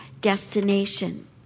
destination